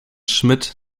schmidt